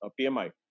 PMI